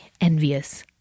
envious